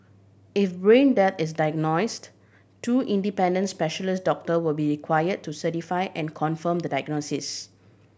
if brain death is diagnosed two independent specialist doctor will be require to certify and confirm the diagnosis